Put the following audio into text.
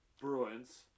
Bruins